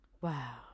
wow